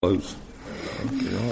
Close